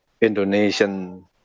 indonesian